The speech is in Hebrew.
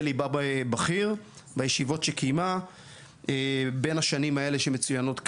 ליבה בכיר בישיבות שקיימה בין השנים האלה שהן מצויינות כאן.